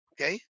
Okay